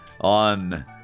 on